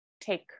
take